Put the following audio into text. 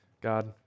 God